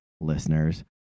listeners